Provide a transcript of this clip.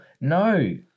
no